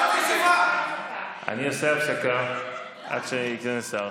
אני עושה הפסקה עד שייכנס שר.